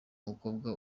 mukobwa